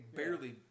barely